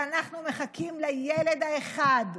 ואנחנו מחכים לילד האחד,